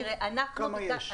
כמה יש?